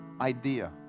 idea